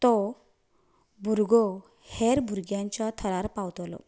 तो भुरगो हेर भुरग्यांच्या थरार पावतलो